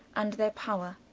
and their power.